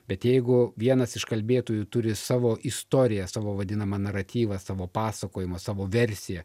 bet jeigu vienas iš kalbėtojų turi savo istoriją savo vadinamą naratyvą savo pasakojimą savo versiją